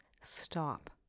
stop